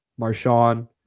Marshawn